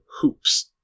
hoops